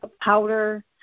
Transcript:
powder